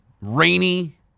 rainy